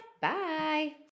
Bye